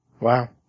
Wow